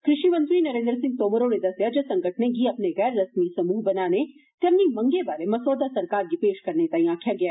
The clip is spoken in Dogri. कृषि मंत्री नरेन्द्र सिंह तोमर होरे दस्सेया जे संगठनें गी अपने गैर रस्मी समूह बनाने ते अपनी मंगे बारै मसौदा सरकार गी पेश करने तांई आक्खेया गेया